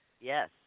Yes